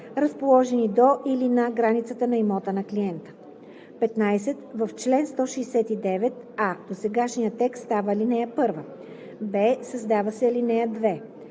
разположени до или на границата на имота на клиента.“ 15. В чл. 169: а) досегашният текст става ал. 1; б) създава се ал. 2: